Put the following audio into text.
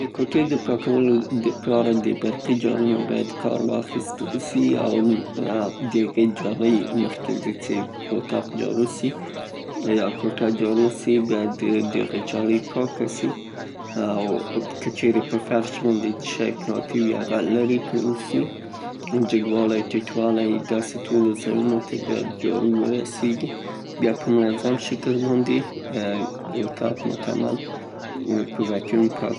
د کوټې د پاکولو دپاره د برقي جارو نه باید کار واخیستل سي. او د هغې جالی مخکې له دې څې اوتاق جارو سي، یا کوټه جارو سي، باید د هغه جالی پاکه سي، او که چیرته په فرش باندې چیشی پراته وي هغه لېرې کړل سي. جګوالی، ټیټوالی داسې ټولو ځایونو ته باید جارو ورسیګي بیا په منظم شکل باندې اتاق مکمل په واکیوم پاک.